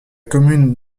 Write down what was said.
commune